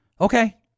Okay